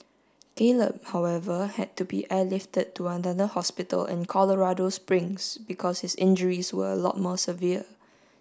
Caleb however had to be airlifted to another hospital in Colorado Springs because his injuries were a lot more severe